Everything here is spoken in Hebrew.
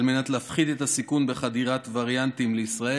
על מנת להפחית את הסיכון בחדירת וריאנטים לישראל.